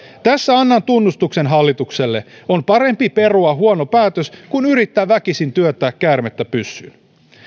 tässä annan tunnustuksen hallitukselle on parempi perua huono päätös kuin yrittää väkisin työntää käärmettä pyssyyn